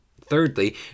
Thirdly